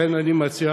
לכן אני מציע,